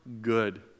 good